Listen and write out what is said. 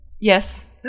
yes